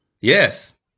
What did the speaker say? yes